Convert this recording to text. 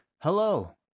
Hello